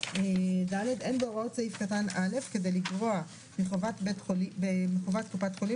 (ד)אין בהוראות סעיף קטן (א) כדי לגרוע מחובת קופת חולים